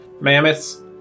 mammoths